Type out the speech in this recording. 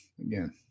Again